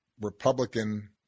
Republican